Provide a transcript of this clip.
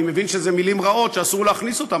אני מבין שאלה מילים רעות שאסור להכניס אותן.